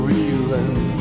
Reeling